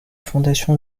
fondation